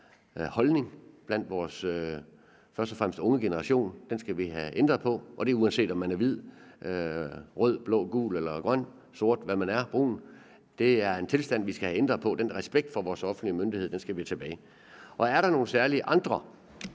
holdning – først og fremmest blandt vores unge generation. Den skal vi have ændret på, og det er, uanset om man er hvid, rød, blå, gul, grøn, sort, brun, eller hvad man nu er. Det er en tilstand, vi skal have ændret på. Den respekt for vores offentlige myndighed skal vi have tilbage. Og er der nogle andre